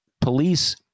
Police